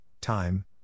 time